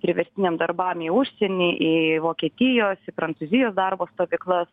priverstiniam darbams į užsienį į vokietijos į prancūzijos darbo stovyklas